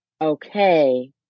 okay